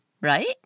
Right